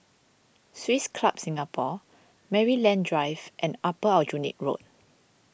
Swiss Club Singapore Maryland Drive and Upper Aljunied Road